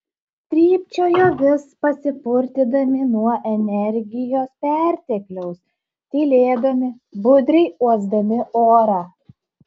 trypčiojo vis pasipurtydami nuo energijos pertekliaus tylėdami budriai uosdami orą